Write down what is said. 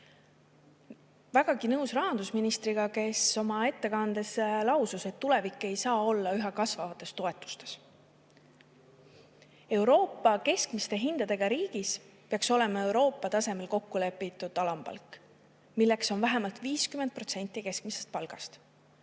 vägagi nõus rahandusministriga, kes oma ettekandes lausus, et tulevik ei saa olla üha kasvavates toetustes. Euroopa keskmiste hindadega riigis peaks olema Euroopa tasemel kokkulepitud alampalk, mis on vähemalt 50% keskmisest palgast.